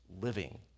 living